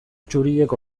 txuriek